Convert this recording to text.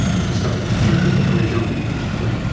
and discuss it with your gp before you jump in, presumably.